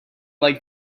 like